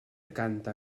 canta